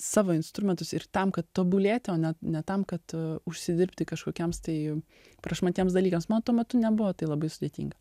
savo instrumentus ir tam kad tobulėti o ne ne tam kad užsidirbti kažkokiems tai prašmatniems dalykams mat tuo metu nebuvo tai labai sudėtinga